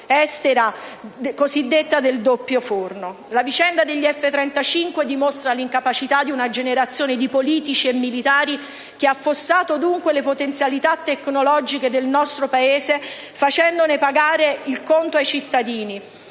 estera cosiddetta del doppio forno. La vicenda degli F-35 dimostra l'incapacità di una generazione di politici e militari che ha affossato dunque le potenzialità tecnologiche del nostro Paese, facendone pagare il conto ai cittadini.